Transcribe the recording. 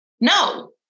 no